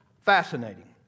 Fascinating